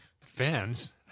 fans